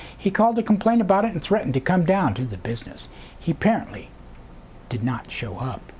he called to complain about it and threatened to come down to the business he apparently did not show up